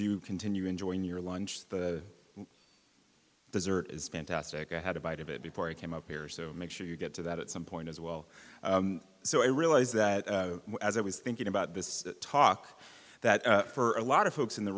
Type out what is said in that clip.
do continue enjoying your lunch the dessert is fantastic i had a bite of it before i came up here so make sure you get to that at some point as well so i realize that as i was thinking about this talk that for a lot of folks in the